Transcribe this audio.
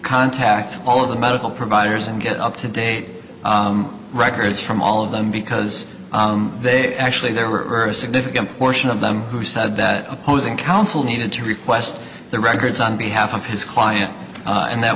contact all of the medical providers and get up to date records from all of them because they actually there were a significant portion of them who said that opposing counsel needed to request the records on behalf of his client and that